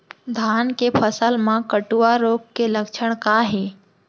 धान के फसल मा कटुआ रोग के लक्षण का हे?